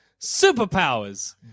superpowers